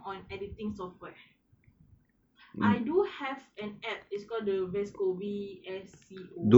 on editing software I do have an app is called the VSCO V S C O